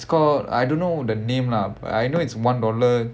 it's called I don't know the name lah but I know it's one dollar